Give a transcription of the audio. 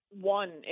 one